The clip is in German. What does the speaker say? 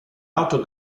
auto